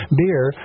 beer